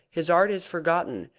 his art is forgotten,